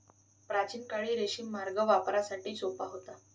प्राचीन काळी रेशीम मार्ग व्यापारासाठी सोपा होता